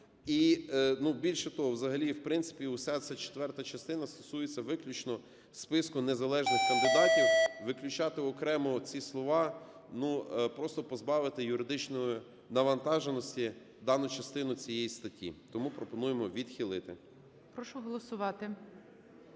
І, більше того, взагалі і в принципі уся ця четверта частина стосується виключно списку незалежних кандидатів, виключати окремо оці слова – ну, просто позбавити юридичної навантаженості дану частину цієї статті. Тому пропонуємо відхилити. ГОЛОВУЮЧИЙ. Прошу голосувати.